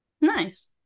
nice